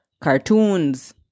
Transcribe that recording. cartoons